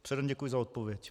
Předem děkuji za odpověď.